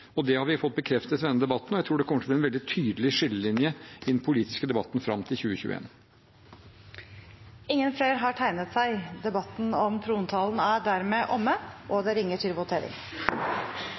Det har vi fått bekreftet i denne debatten, og jeg tror det kommer til å være en veldig tydelig skillelinje i den politiske debatten fram mot 2021. Flere har ikke bedt om ordet til sak nr. 1. Stortinget er